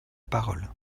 parole